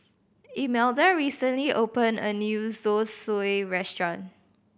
Imelda recently opened a new Zosui Restaurant